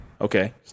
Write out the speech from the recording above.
Okay